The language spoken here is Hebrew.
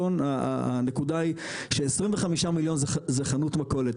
הנקודה היא ש-25 מיליון זה חנות מכולת.